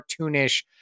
cartoonish